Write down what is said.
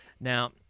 Now